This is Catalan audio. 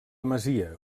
masia